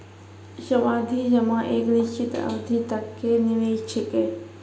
सावधि जमा एक निश्चित अवधि तक के निवेश छिकै